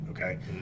Okay